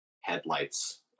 headlights